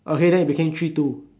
okay then it became three two